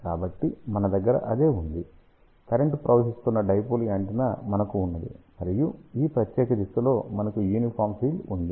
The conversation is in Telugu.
కాబట్టి మన దగ్గర అదే ఉంది కరెంట్ ప్రవహిస్తున్న డైపోల్ యాంటెన్నా మనకు ఉన్నది మరియు ఈ ప్రత్యేక దిశలో మనకు యూనిఫాం ఫీల్డ్ ఉంది